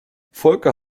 volker